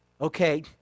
okay